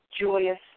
joyous